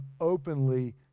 openly